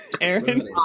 Aaron